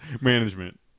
management